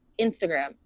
Instagram